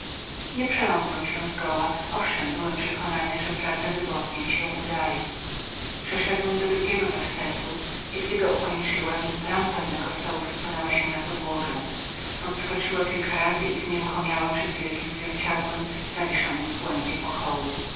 nie przeląkłem się owszem byłem przekonany że praca wybornie mi się udała przeszedłem do drugiego wiersza i gdy go ukończyłem ukończyłem lampa z mego stołu zleciała na podłogę podskoczyła kilka razy i legła przed wielkiem zwierciadłem zawieszonem w głębi mego pokoju